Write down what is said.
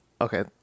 Okay